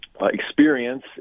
experience